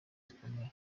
zikomeye